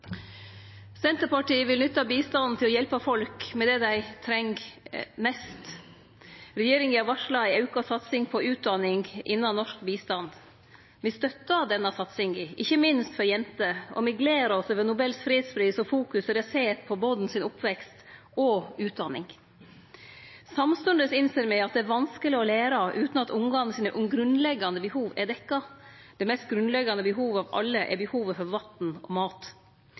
Senterpartiet vil nytte bistanden til å hjelpe folk med det dei treng mest. Regjeringa har varsla ei auka satsing på utdanning innan norsk bistand. Me støttar denne satsinga, ikkje minst for jenter, og me gler oss over Nobels fredspris og fokuset det set på borns oppvekst og utdanning. Samstundes innser me at det er vanskeleg å lære utan at dei grunnleggjande behova til ungane er dekte. Det mest grunnleggjande behovet av alle er behovet for vatn og mat.